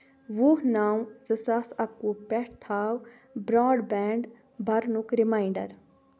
وُہ نو زٕ ساس اَکوُہ پٮ۪ٹھ تھاو برٛاڈ بینٛڈ برنُک ریمنانڑر